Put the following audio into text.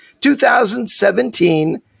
2017